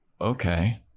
okay